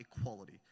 equality